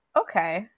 Okay